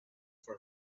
for